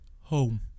home